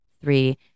three